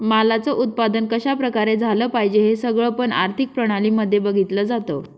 मालाच उत्पादन कशा प्रकारे झालं पाहिजे हे सगळं पण आर्थिक प्रणाली मध्ये बघितलं जातं